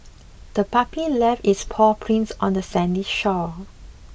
the puppy left its paw prints on the sandy shore